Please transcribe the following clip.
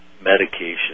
medication